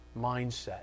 mindset